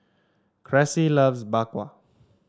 Cressie loves Bak Kwa